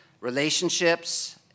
relationships